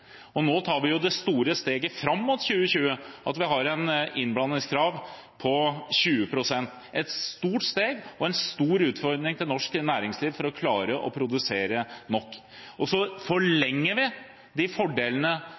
før. Nå tar vi det store steget fram mot 2020, at vi har et innblandingskrav på 20 pst. – et stort steg og en stor utfordring til norsk næringsliv for å klare å produsere nok. Så forlenger vi fordelene